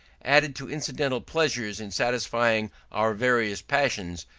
added to incidental pleasures in satisfying our various passions,